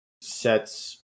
sets